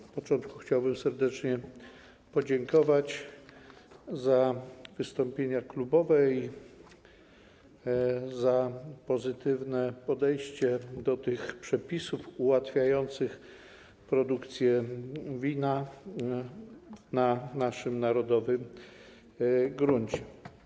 Na początku chciałbym serdecznie podziękować za wystąpienia klubowe i za pozytywne podejście do przepisów ułatwiających produkcję wina na naszym narodowym gruncie.